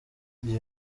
iyi